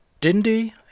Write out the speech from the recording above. Dindy